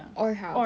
or house